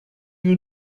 you